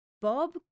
Bob